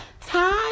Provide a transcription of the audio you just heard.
time